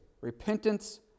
repentance